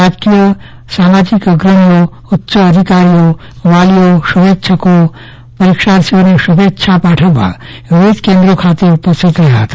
રાજકીય સામાજિક અગ્રણીઓ અને ઉચ્ચ પદાધિકારીઓ વાલીઓ શુભેચ્છકો પરીક્ષાર્થીઓને શુભેચ્છા પાઠવવા વિવિધ કેન્દ્રો ખાતે ઉપસ્થિત રહ્યા હતા